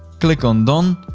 click on done.